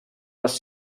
les